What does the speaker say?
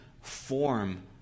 form